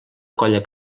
colla